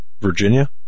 Virginia